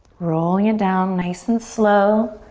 rolling it down nice and slow.